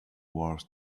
wars